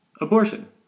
abortion